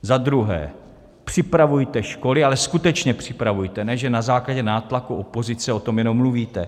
Za druhé, připravujte školy, ale skutečně připravujte, ne že na základě nátlaku opozice o tom jenom mluvíte.